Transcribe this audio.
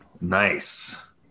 nice